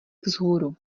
vzhůru